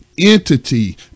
entity